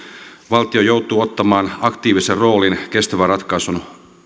valtio joutuu ottamaan aktiivisen roolin kestävän ratkaisun